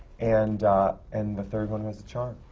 and and the third one was a charm.